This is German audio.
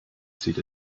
zieht